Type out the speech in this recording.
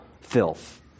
filth